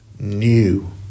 new